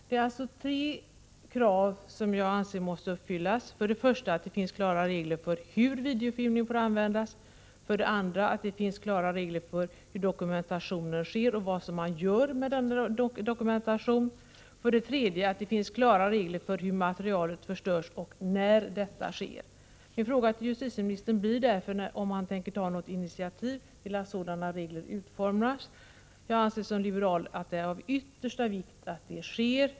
Det är alltså tre krav som jag anser måste uppfyllas: för det första att det finns klara regler för hur videofilmning får användas, för det andra att det finns klara regler för hur dokumentationen sker och vad man gör med denna dokumentation och för det tredje att det finns klara regler för hur materialet förstörs och när detta sker. Min fråga till justitieministern blir därför om han tänker ta något initiativ till att sådana regler utformas. Som liberal anser jag att det är av yttersta vikt att det sker.